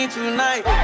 Tonight